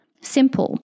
Simple